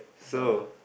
so